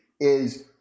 is-